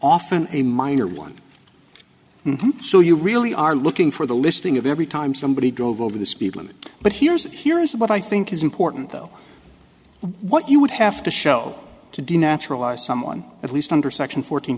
often a minor one so you really are looking for the listing of every time somebody drove over the speed limit but here's here is what i think is important though what you would have to show to denaturalized someone at least under section fourteen